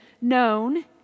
known